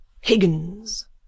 Higgins